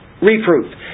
Reproof